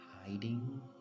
hiding